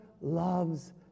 loves